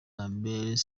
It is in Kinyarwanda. lambert